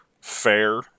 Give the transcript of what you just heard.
fair